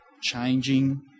changing